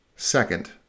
Second